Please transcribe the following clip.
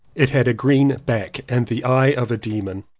it had a green back and the eye of a demon.